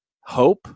hope